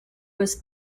was